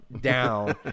down